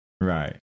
right